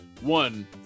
One